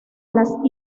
las